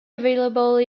available